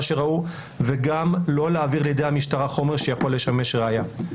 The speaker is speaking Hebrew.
שראו וגם לא להעביר לידי המשטרה חומר שיכול לשמש ראיה.